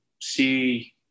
see